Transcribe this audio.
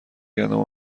گندم